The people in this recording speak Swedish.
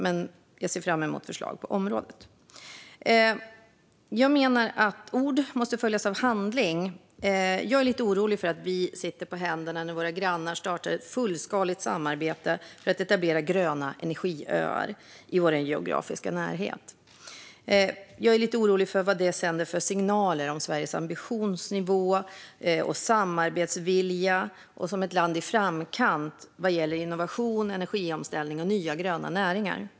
Men jag ser fram emot förslag på området. Jag menar att ord måste följas av handling. Jag är lite orolig för att vi sitter på händerna när våra grannar startar ett fullskaligt samarbete för att etablera gröna energiöar i vår geografiska närhet. Jag är lite orolig för vad detta sänder för signaler om Sveriges ambitionsnivå och samarbetsvilja som ett land i framkant vad gäller innovation, energiomställning och nya gröna näringar.